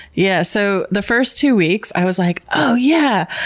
yeah so the first two weeks i was like, oh yeah!